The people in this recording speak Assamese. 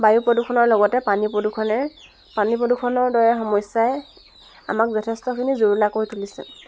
বায়ু প্ৰদূষণৰ লগতে পানী প্ৰদূষণে পানী প্ৰদূষণৰ দৰে সমস্যাই আমাক যথেষ্টখিনি জুৰুলা কৰি তুলিছে